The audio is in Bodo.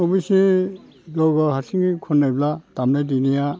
अबसे गाव गाव हारसिङै खननायब्ला दामनाय देनाया